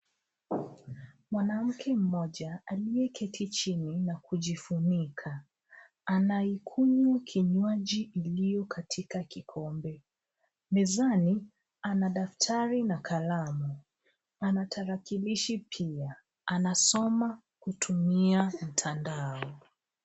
Mwanamke mmoja aliyeketi chini na kujifunika. Anaikunywa kinywaji iliyo katika kikombe. Mezani ana daftari na kalamu. Ana tarakilishi pia. Anasoma kupitia mtandao.